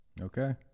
Okay